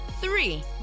Three